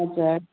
हजुर